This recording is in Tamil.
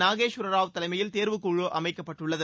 நாகேஸ்வர ராவ் தலைமையில் தேர்வுக்குழு அமைக்கப்பட்டுள்ளது